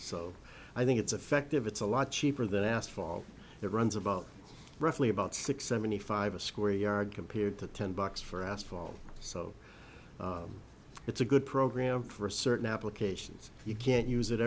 so i think it's effective it's a lot cheaper than asphalt it runs about roughly about six seventy five a square yard compared to ten bucks for asphalt so it's a good program for certain applications you can't use it